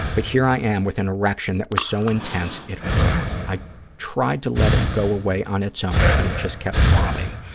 but here i am with an erection that was so intense it hurt. i tried to let it go away on its own, but it just kept throbbing.